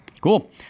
Cool